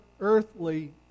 earthly